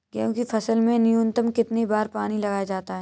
गेहूँ की फसल में न्यूनतम कितने बार पानी लगाया जाता है?